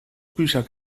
bücher